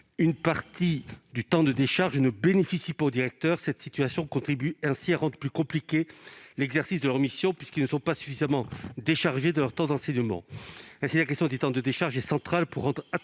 une partie du temps de décharge ne bénéficie pas aux directeurs. Cette situation contribue à rendre plus compliqué l'exercice de leurs missions, puisqu'ils ne sont pas suffisamment déchargés de leur temps d'enseignement.